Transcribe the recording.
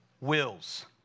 wills